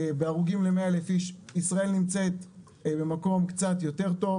בהרוגים ל-100,000 איש ישראל נמצאת במקום קצת יותר טוב,